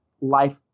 life